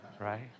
right